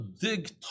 dig